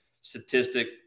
statistic